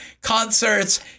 concerts